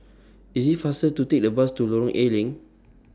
IT IS faster to Take The Bus to Lorong A Leng